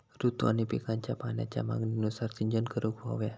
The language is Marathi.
ऋतू आणि पिकांच्या पाण्याच्या मागणीनुसार सिंचन करूक व्हया